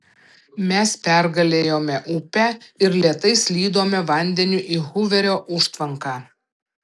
mes pergalėjome upę ir lėtai slydome vandeniu į huverio užtvanką